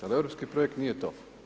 Ali europski projekt nije to.